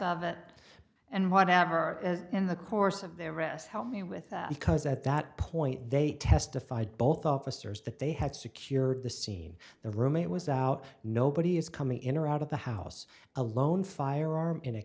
that and whatever are in the course of their rest help me with that because at that point they testified both officers that they had secured the scene the room it was out nobody is coming in or out of the house alone firearm in a